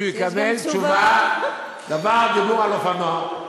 שידע שהוא יקבל תשובה דבר דבור על אופניו.